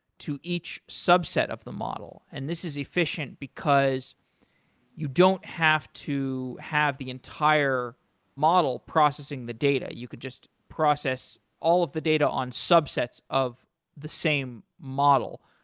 to each subset of the model. and this is efficient because you don't have to have the entire model processing the data. you could just process all of the data on subsets of the same model.